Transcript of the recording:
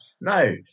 no